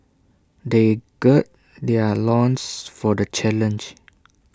they gird their loins for the challenge